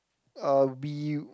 uh we